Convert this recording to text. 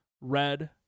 red